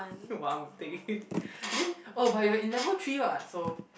!wow! I'm taking then oh but you are in level three what so